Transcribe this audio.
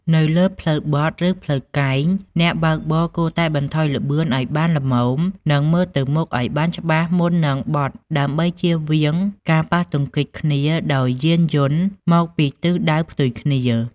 នៅលើផ្លូវបត់ឬផ្លូវកែង អ្នកបើកបរគួរតែបន្ថយល្បឿនឱ្យបានល្មមនិងមើលទៅមុខឱ្យបានច្បាស់មុននឹងបត់ដើម្បីជៀសវាងការប៉ះទង្គិចគ្នាដោយយានយន្តមកពីទិសដៅផ្ទុយគ្នា។